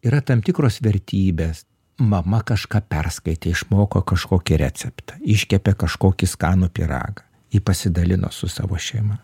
yra tam tikros vertybės mama kažką perskaitė išmoko kažkokį receptą iškepė kažkokį skanų pyragą ji pasidalino su savo šeima